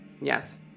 Yes